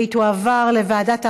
והיא תועבר לוועדת העבודה,